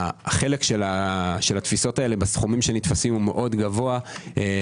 החלק של התפיסות האלה בסכומים שנתפסים הוא מאוד גבוה.